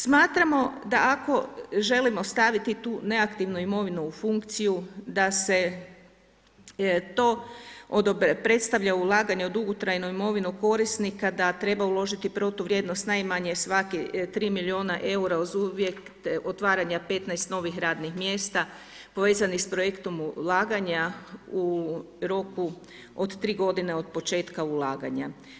Smatramo da ako želimo staviti tu neaktivnu imovinu u funkciju da se to odobre, predstavlja ulaganje u dugotrajnu imovinu korisnika da treba uložiti protuvrijednost najmanje svaki 3 milijuna eura uz uvjet otvaranja 15 novih radnih mjesta povezanih s projektom ulaganja u roku od 3 godine od početka ulaganja.